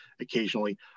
occasionally